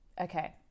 Okay